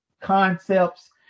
concepts